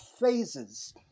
phases